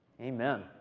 Amen